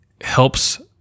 helps